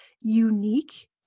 unique